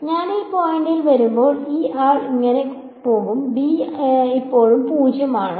ഞാൻ ഈ പോയിന്റിൽ വരുമ്പോൾ ഈ ആൾ ഇങ്ങനെ പോകും b ഇപ്പോഴും 0 ആണ്